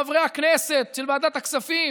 חברי הכנסת של ועדת הכספים,